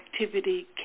activity